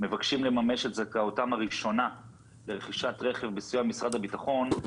שמבקשים לממש את זכאותם הראשונה לרכישת רכב בסיוע משרד הביטחון,